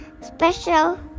Special